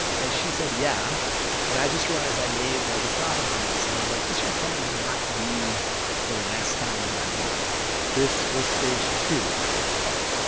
and she said, yeah and i just realized i made, like, a profit on this. and i was like, this should probably not be the last time that i do this this was stage two of the bubble.